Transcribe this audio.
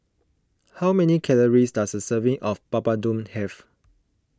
how many calories does a serving of Papadum have